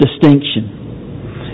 distinction